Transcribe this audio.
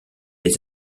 les